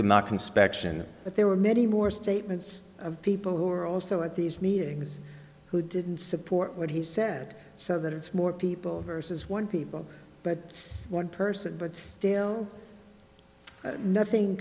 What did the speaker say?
inspection but there were many more statements of people who were also at these meetings who didn't support what he said so that it's more people vs one people but one person but still nothing